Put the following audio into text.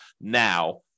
now